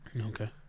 Okay